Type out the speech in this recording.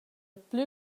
plü